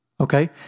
Okay